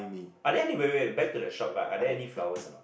are there any wait wait back to the shop right are there any flowers or not